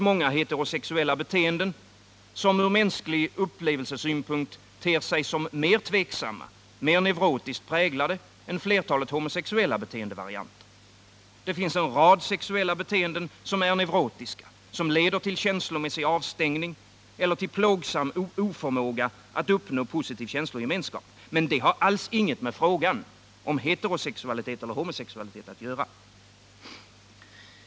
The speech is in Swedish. Många heterosexuella beteenden ter sig ur mänsklig upplevelsesynpunkt som mer tveksamma, mer neurotiskt präglade än flertalet homosexuella beteendevarianter. Det finns en rad sexuella beteenden, som är neurotiska och som leder till känslomässig avstängning, till plågsam oförmåga att uppnå positiv känslogemenskap. Men det har alls inget med frågan om heteroeller homosexualitet att göra.